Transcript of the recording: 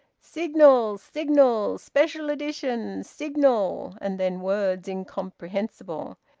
signal! signal! special edition! signal! and then words incomprehensible.